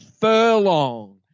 Furlong